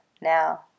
now